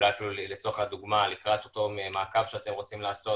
אולי אפילו לצורך הדוגמה לקראת אותו מעקב שאתם רוצים לעשות,